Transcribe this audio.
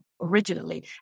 originally